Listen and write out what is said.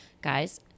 Guys